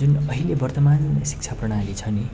जुन अहिले वर्तमान शिक्षा प्रणाली छ नि